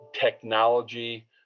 technology